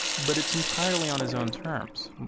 but it's entirely on his own terms,